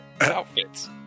outfits